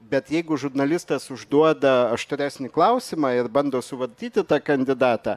bet jeigu žurnalistas užduoda aštresnį klausimą ir bando suvaldyti tą kandidatą